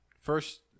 First